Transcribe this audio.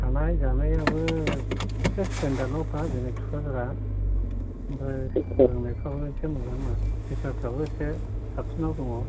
थानाय जानायाबो इसे स्टेनदार्दआवखा जोंना थुख्राजारा ओमफ्राय फोरोंनायफ्रावबो इसे मोजां टिचारफ्राबो इसे साबसिनआव दङ